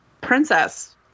princess